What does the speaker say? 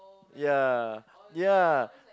yeah yeah